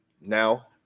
now